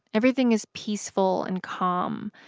everything is peaceful and calm.